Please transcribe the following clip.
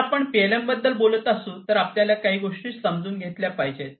जर आपण पीएलएमबद्दल बोलत असु तर आपल्याला काही गोष्टी समजून घेतल्या पाहिजेत